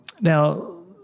now